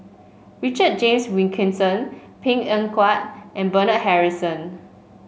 Richard James Wilkinson Png Eng Huat and Bernard Harrison